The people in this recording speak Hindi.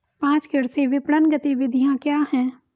पाँच कृषि विपणन गतिविधियाँ क्या हैं?